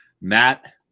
Matt